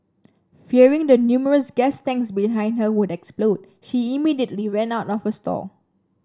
fearing the numerous gas tanks behind her would explode she immediately ran out of her stall